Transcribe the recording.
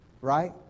right